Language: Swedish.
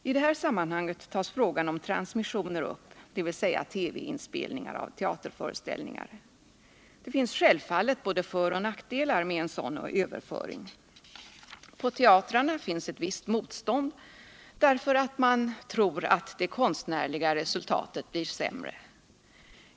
I det här sammanhanget tas frågan om transmissioner upp, dvs. TV inspelningar av teaterföreställningar. Det finns självfallet både föroch nackdelar med en sådan överföring. På teatrarna finns ett visst motstånd, därför att man tror att det konstnärliga resultatet blir sämre.